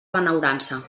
benaurança